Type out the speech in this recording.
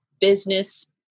business